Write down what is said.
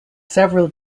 several